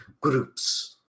groups